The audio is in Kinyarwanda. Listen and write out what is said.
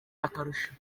akarusho